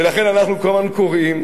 ולכן אנחנו כל הזמן קוראים,